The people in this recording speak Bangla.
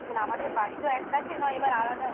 মানে আমাদের বাড়ি তো এক কাছে নয় এবার আলাদা